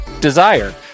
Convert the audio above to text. Desire